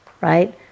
right